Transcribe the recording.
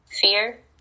fear